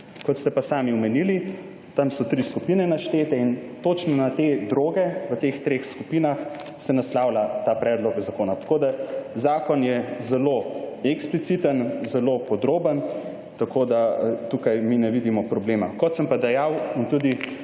Kot ste pa sami omenili, tam so tri skupine naštete in točno na te droge v teh treh skupinah se naslavlja ta predlog zakona. Tako da zakon je zelo ekspliciten, zelo podroben, tako da tukaj mi ne vidimo problema. Kot sem pa dejal, in tudi